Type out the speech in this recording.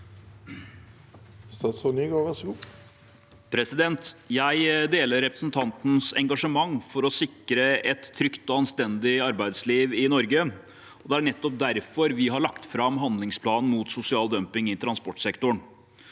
Jeg deler re- presentantenes engasjement for å sikre et trygt og anstendig arbeidsliv i Norge. Det er nettopp derfor vi har lagt fram handlingsplanen mot sosial dumping i transportsektoren.